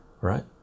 right